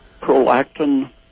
prolactin